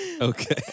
okay